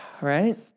Right